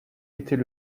était